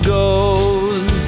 goes